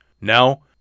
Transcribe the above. Now